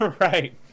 right